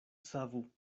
savu